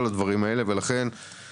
אוקי, תודה רבה.